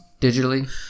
digitally